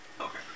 Okay